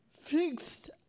fixed